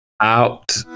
out